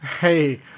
Hey